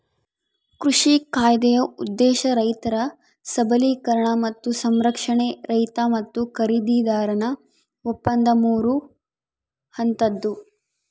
ಕೃಷಿ ಕಾಯ್ದೆಯ ಉದ್ದೇಶ ರೈತರ ಸಬಲೀಕರಣ ಮತ್ತು ಸಂರಕ್ಷಣೆ ರೈತ ಮತ್ತು ಖರೀದಿದಾರನ ಒಪ್ಪಂದ ಮೂರು ಹಂತದ್ದು